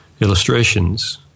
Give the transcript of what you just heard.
illustrations